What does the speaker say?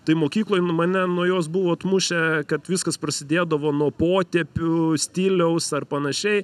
tai mokykloj mane nuo jos buvo atmušę kad viskas prasidėdavo nuo potėpių stiliaus ar panašiai